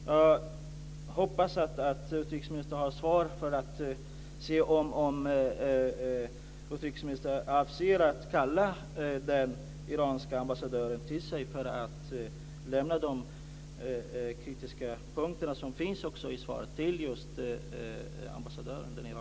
Jag hoppas att utrikesministern har något svar om hon avser att kalla till sig den iranske ambassadören för att till honom lämna de kritiska synpunkter som också finns i svaret.